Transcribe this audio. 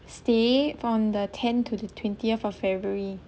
stay from the tenth to the twentieth of february